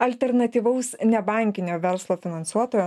alternatyvaus nebankinio verslo finansuotojo